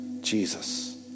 Jesus